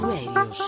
Radio